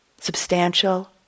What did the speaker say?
substantial